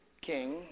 king